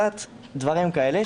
דברים כאלה,